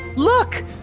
Look